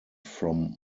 from